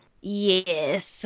yes